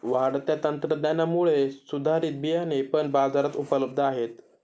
वाढत्या तंत्रज्ञानामुळे सुधारित बियाणे पण बाजारात उपलब्ध आहेत